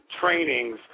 trainings